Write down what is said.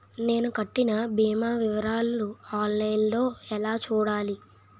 నేను కట్టిన భీమా వివరాలు ఆన్ లైన్ లో ఎలా చూడాలి?